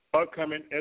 upcoming